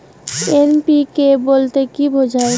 NPK বলতে কী বোঝায়?